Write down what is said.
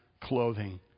clothing